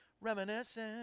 reminiscing